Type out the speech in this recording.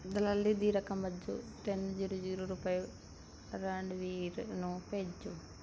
ਦਲਾਲੀ ਦੀ ਰਕਮ ਵਜੋਂ ਤਿੰਨ ਜੀਰੋ ਜੀਰੋ ਰੁਪਏ ਰਣਬੀਰ ਨੂੰ ਭੇਜੋ